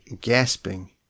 gasping